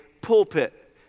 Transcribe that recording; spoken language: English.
pulpit